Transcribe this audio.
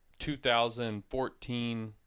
2014